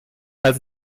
als